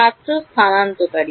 ছাত্র স্থানান্তরকারী